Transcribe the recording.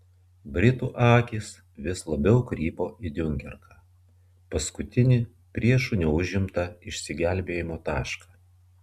britų akys vis labiau krypo į diunkerką paskutinį priešų neužimtą išsigelbėjimo tašką